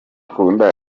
akunda